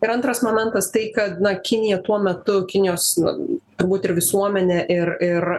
ir antras momentas tai kad na kinija tuo metu kinijos na turbūt ir visuomenė ir ir